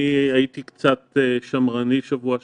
אני הייתי קצת שמרני בשבוע שעבר.